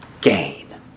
gain